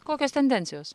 kokios tendencijos